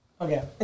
Okay